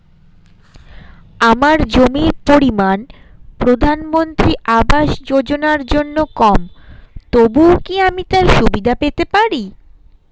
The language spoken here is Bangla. আমার জমির পরিমাণ প্রধানমন্ত্রী আবাস যোজনার জন্য কম তবুও কি আমি তার সুবিধা পেতে পারি?